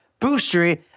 Boostery